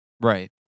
Right